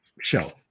show